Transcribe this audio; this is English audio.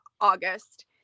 August